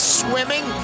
swimming